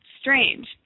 strange